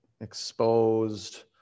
exposed